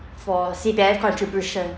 for C_P_F contribution